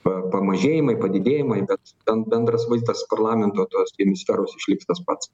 pamažėjimai padidėjimai bet bendras vaizdas parlamento tos atmosferos išliks tas pats